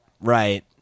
right